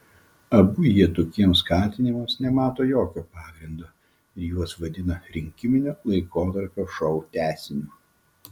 abu jie tokiems kaltinimams nemato jokio pagrindo ir juos vadina rinkiminio laikotarpio šou tęsiniu